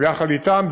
יחד אתם,